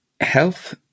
health